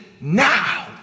now